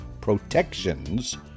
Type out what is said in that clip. protections